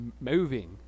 moving